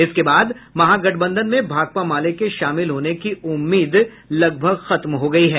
इसके बाद महागठबंधन में भाकपा माले के शामिल होने की उम्मीद लगभग खत्म हो गयी है